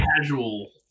casual